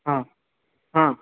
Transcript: हँ हँ